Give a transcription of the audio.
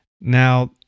Now